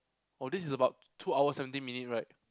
oh this is about two hours seventeen minutes right